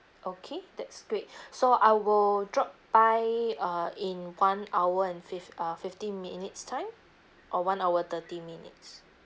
okay that's great so I will drop by uh in one hour and fif~ uh fifty minutes time or one hour thirty minutes